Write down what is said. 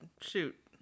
shoot